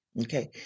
Okay